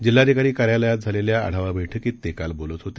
जिल्हाधिकारीकार्यालयातझालेल्याआढावाबैठकीततेकालबोलतहोते